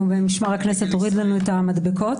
משמר הכנסת הוריד לנו את המדבקות.